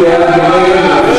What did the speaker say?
העבודה, מרצ וחד"ש.